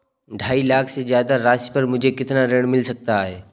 ढाई लाख से ज्यादा राशि पर मुझे कितना ऋण मिल सकता है?